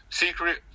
secret